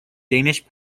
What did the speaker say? danish